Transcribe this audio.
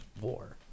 war